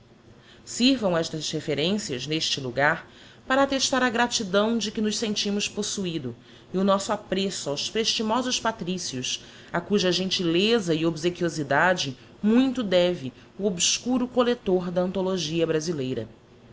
sirvam estas referencias neste logar para attestar a gratidão de que nos sentimos possuído e o nosso apreço aos prestimosos patrícios a cuja gentileza e obsequiosidade muito deve o obscuro couector da anthologia brasileira